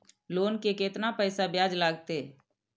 Loan के केतना पैसा ब्याज लागते?